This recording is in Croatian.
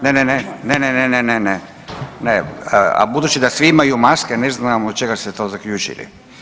Ne, ne, ne, a budući da svi imaju maske ne znam od čega ste to zaključili.